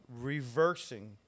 reversing